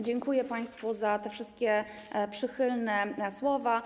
Dziękuję państwu za te wszystkie przychylne słowa.